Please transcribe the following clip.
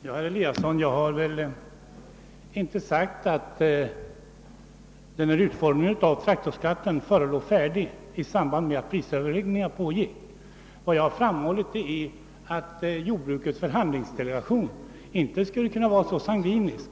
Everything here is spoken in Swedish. Herr talman! Jag har inte, herr Eliasson i Moholm, sagt att utformningen av traktorskatten förelåg färdig i samband med att prisöverläggningar pågick. Vad jag har framhållit är att jordbrukets förhandlingsdelegation inte skulle ha kunnat vara så sangvinisk,